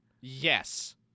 yes